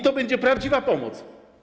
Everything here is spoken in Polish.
To będzie prawdziwa pomoc.